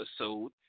episode